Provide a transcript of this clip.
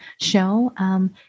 show